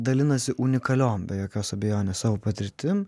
dalinasi unikaliom be jokios abejonės savo patirtim